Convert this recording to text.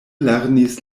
lernis